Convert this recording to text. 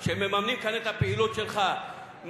שמממנים כאן את הפעילות שלך,